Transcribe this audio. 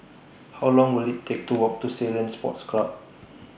How Long Will IT Take to Walk to Ceylon Sports Club